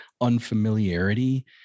unfamiliarity